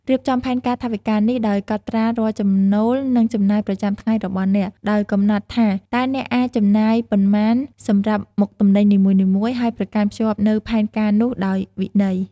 រៀបចំផែនការថវិកានេះដោយកត់ត្រារាល់ចំណូល និងចំណាយប្រចាំថ្ងៃរបស់អ្នក ដោយកំណត់ថាតើអ្នកអាចចំណាយប៉ុន្មានសម្រាប់មុខទំនិញនីមួយៗ ហើយប្រកាន់ខ្ជាប់នូវផែនការនោះដោយវិន័យ។